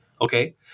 Okay